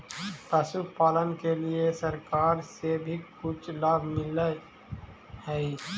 पशुपालन के लिए सरकार से भी कुछ लाभ मिलै हई?